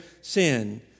sin